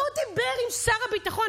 לא דיבר עם שר הביטחון,